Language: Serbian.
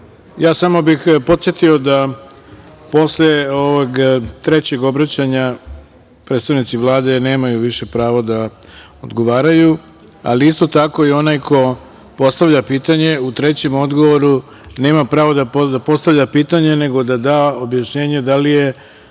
bih podsetio da posle ovog trećeg obraćanja predstavnici Vlade nemaju više pravo da odgovaraju, ali isto tako i onaj ko postavlja pitanje u trećem odgovoru nema pravo da postavlja pitanje nego da da pojašnjenje da li je